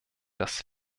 dass